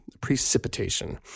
precipitation